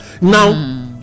now